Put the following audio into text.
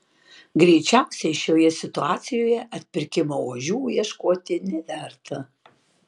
greičiausiai šioje situacijoje atpirkimo ožių ieškoti neverta